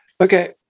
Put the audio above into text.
Okay